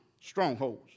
strongholds